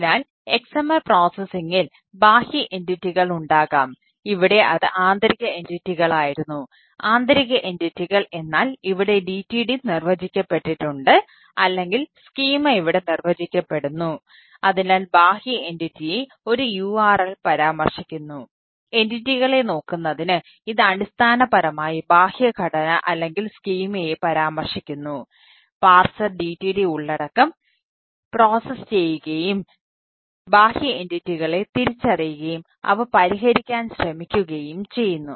അതിനാൽ XML പ്രോസസ്സിംഗിൽ തിരിച്ചറിയുകയും അവ പരിഹരിക്കാൻ ശ്രമിക്കുകയും ചെയ്യുന്നു